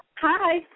Hi